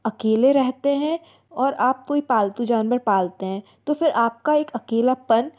अकेले रहते हैं और आप कोई पालतू जानवर पालते हैं तो फिर आप का एक अकेलापन